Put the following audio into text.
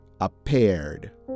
appeared